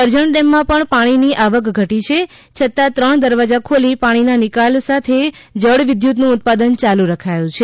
Karjan dam માં પણ પાણી ની આવક ઘટી છે છતા ત્ર દરવાજા ખોલી પાણી ના નિકાલ સાથે જળ વિદ્યુત નું ઉત્પાદન યાલુ રખાયું છે